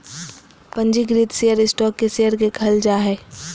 पंजीकृत share stock के share के कहल जा हइ